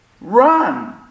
run